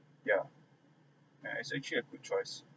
yeah and its actually a good choice